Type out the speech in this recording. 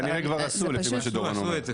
כנראה כבר עשו לפי מה שדורון אומר.